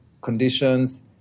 conditions